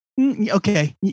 Okay